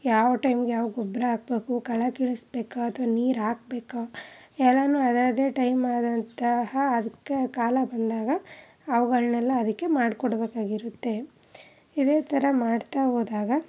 ಯಾವ ಟೈಮ್ಗೆ ಯಾವ ಗೊಬ್ಬರ ಹಾಕ್ಬೇಕು ಕಳೆ ಕೀಳಿಸಬೇಕಾ ಅಥ್ವಾ ನೀರು ಹಾಕಬೇಕಾ ಎಲ್ಲಾನು ಅದರದ್ದೇ ಟೈಮ್ ಆದಂತಹ ಅದಕ್ಕೆ ಕಾಲ ಬಂದಾಗ ಅವುಗಳ್ನೆಲ್ಲ ಅದಕ್ಕೆ ಮಾಡಿಕೊಡ್ಬೇಕಾಗಿರುತ್ತೆ ಇದೇ ಥರ ಮಾಡ್ತಾ ಹೋದಾಗ